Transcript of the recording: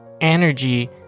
energy